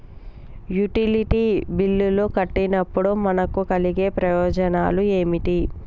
Utility బిల్లులు కట్టినప్పుడు మనకు కలిగే ప్రయోజనాలు ఏమిటి?